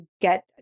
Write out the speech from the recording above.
get